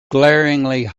glaringly